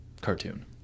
cartoon